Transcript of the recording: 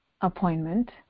appointment